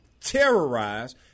terrorize